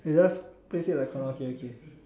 they just place it like orh okay okay